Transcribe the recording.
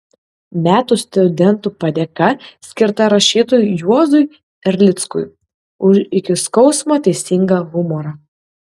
metų studentų padėka skirta rašytojui juozui erlickui už iki skausmo teisingą humorą